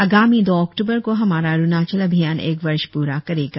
आगामी दो अक्टूबर को हमारा अरुणाचल अभियान एक वर्ष पूरा करेगा